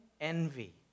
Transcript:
envy